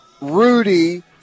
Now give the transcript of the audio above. Rudy